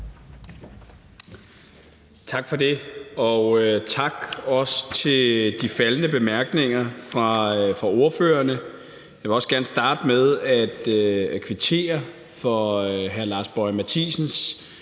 Tak for det, og tak også for de faldne bemærkninger fra ordførerne. Jeg vil også gerne starte med at kvittere for hr. Lars Boje Mathiesens